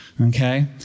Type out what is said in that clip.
Okay